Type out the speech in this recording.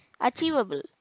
achievable